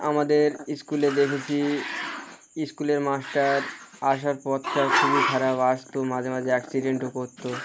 আমাদের স্কুলে দেখেছি স্কুলের মাস্টার আসার পথটা খুবই খারাপ আসতো মাঝে মাঝে অ্যাক্সিডেন্টও করত